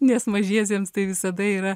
nes mažiesiems tai visada yra